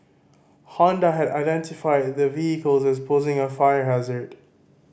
Honda had identified the vehicles as posing a fire hazard